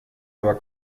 aber